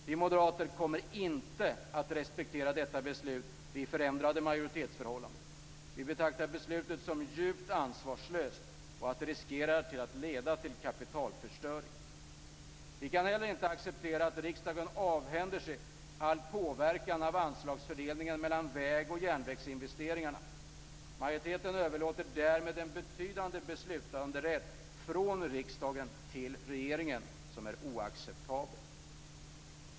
Vi moderater kommer inte att respektera detta beslut vid förändrade majoritetsförhållanden. Vi betraktar beslutet som djupt ansvarslöst. Det riskerar att leda till kapitalförstöring. Vi kan heller inte acceptera att riksdagen avhänder sig all påverkan vid anslagsfördelningen mellan vägoch järnvägsinvesteringarna. Majoriteten överlåter därmed en betydande beslutanderätt från riksdagen till regeringen, något som är oacceptabelt.